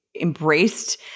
embraced